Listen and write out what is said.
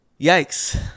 Yikes